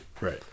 right